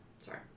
Sorry